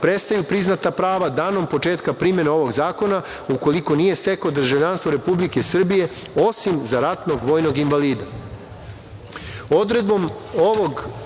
prestaju priznata prava danom početka primene ovog zakona, ukoliko nije stekao državljanstvo Republike Srbije, osim za ratnog vojnog invalida. Odredbom